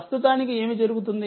ప్రస్తుతానికిఏమి జరుగుతుంది